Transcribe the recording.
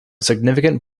significant